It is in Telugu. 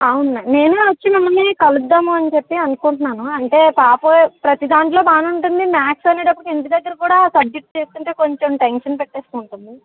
అవును మేడం నేను వచ్చి మిమ్మల్ని కలుద్దాము అని చెప్పి అనుకుంటున్నాను అంటే పాప ప్రతి దాంట్లో బాగా ఉంటుంది మ్యాథ్స్ అనేటప్పుడు ఇంటి దగ్గర కూడా ఆ సబ్జెక్ట్ చేస్తుంటే కొంచెం టెన్షన్ పెట్టుకుంటుంది